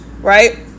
right